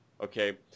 Okay